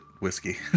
whiskey